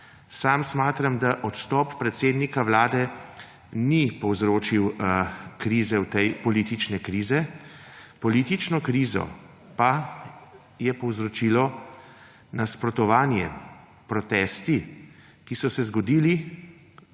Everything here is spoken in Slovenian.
Sam smatram, da odstop predsednika vlade ni povzročil politične krize. Politično krizo je povzročilo nasprotovanje, protesti, ki so se zgodili